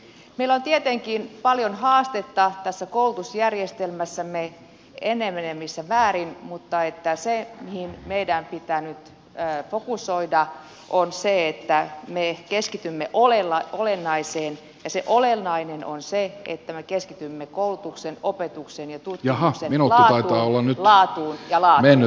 meillä on tietenkin paljon haastetta tässä koulutusjärjestelmässämme enenevässä määrin mutta se mihin meidän pitää nyt fokusoida on se että me keskitymme olennaiseen ja se olennainen on se että me keskitymme koulutuksen opetuksen ja tutkimuksen laatuun laatuun ja laatuun